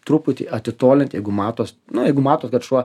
truputį atitolint jeigu matos nu jeigu matos dar šuo